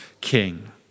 king